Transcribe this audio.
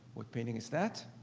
what painting is that?